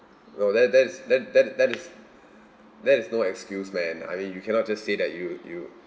well that that is that that that is that is no excuse man I mean you cannot just say that you you